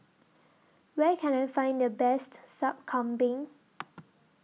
Where Can I Find The Best Sup Kambing